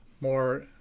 more